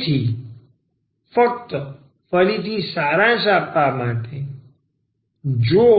તેથી ફક્ત ફરીથી સારાંશ આપવા માટે જો